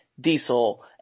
Diesel